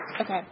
Okay